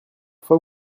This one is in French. fois